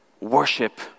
worship